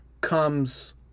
comes